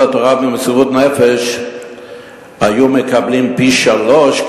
התורה במסירות נפש היו מקבלים פי-שלושה,